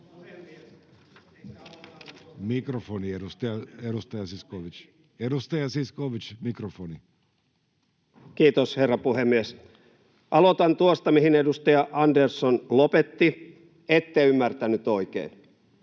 mikrofoni. Kiitos, herra puhemies! Aloitan tuosta, mihin edustaja Andersson lopetti. Ette ymmärtänyt oikein,